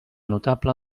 notable